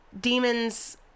demons